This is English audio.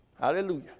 Hallelujah